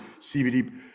CBD